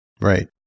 Right